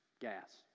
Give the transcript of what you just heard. Gas